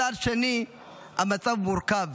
מצד שני, המצב מורכב.